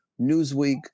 Newsweek